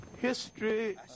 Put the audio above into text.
History